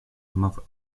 mother